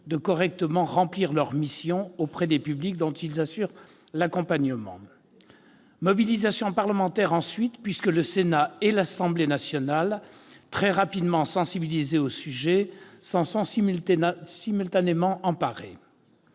de correctement remplir leur mission auprès des publics dont ils assurent l'accompagnement. Mobilisation parlementaire ensuite, puisque le Sénat et l'Assemblée nationale, très rapidement sensibilisés au sujet, s'en sont simultanément emparés.